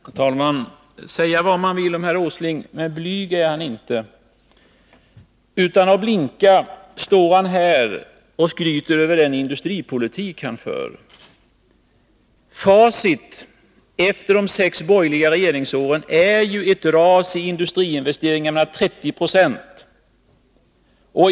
Herr talman! Säga vad man vill om herr Åsling, men blyg är han inte. Utan att blinka står han här och skryter över den industripolitik som han för. Facit efter de sex borgerliga regeringsåren visar emellertid på ett ras i industriinvesteringarna med 30 26.